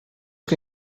que